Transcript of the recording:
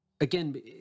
again